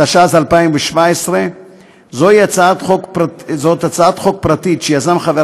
התשע"ז 2017. זוהי הצעת חוק פרטית שיזם חבר